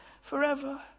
forever